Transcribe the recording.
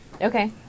Okay